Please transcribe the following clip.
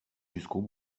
jusqu’au